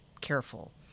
careful